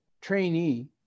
trainee